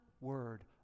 word